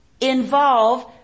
involve